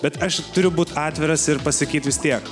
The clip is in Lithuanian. bet aš turiu būt atviras ir pasakyt vis tiek